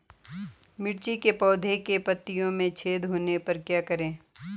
मिर्ची के पौधों के पत्तियों में छेद होने पर क्या करें?